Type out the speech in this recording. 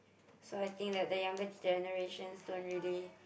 so I think the younger generations don't really